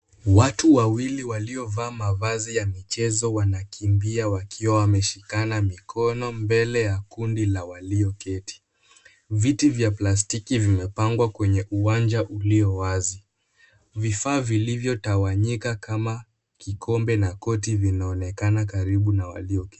Wau wawili waliovaa mavazi ya michezo wanakimbia wakiwa wameshikana mikono mbele ya kundi la walioketi. Viti vya plastiki vimepangwa kwenye uwanja uliowazi. Vifaa vilivyotawanyika kama kikombe na koti vinaonekana karibu na walio kati.